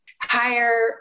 higher